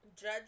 Judge